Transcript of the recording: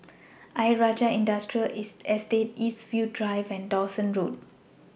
Ayer Rajah Industrial Estate Eastwood Drive and Dawson Road